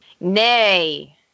Nay